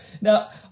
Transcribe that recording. now